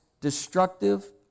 destructive